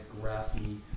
grassy